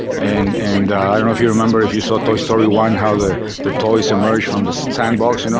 and and i don't know if you remember if you saw toy story one how the the toys emerged from the sandbox, you know?